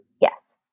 Yes